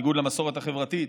בניגוד למסורת החברתית,